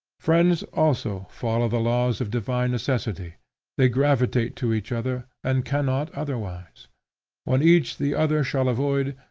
friends also follow the laws of divine necessity they gravitate to each other, and cannot otherwise when each the other shall avoid,